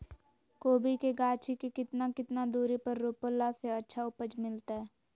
कोबी के गाछी के कितना कितना दूरी पर रोपला से अच्छा उपज मिलतैय?